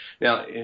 Now